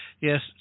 yes